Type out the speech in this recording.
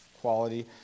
quality